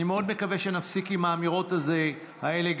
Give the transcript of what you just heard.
מאוד מקווה שנפסיק עם האמירות האלה.